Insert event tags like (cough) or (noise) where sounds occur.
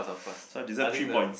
(breath) so I deserve three points